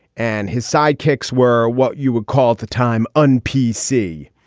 and his sidekicks were what you would call the time unpeel. see,